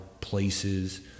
places